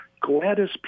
Gladys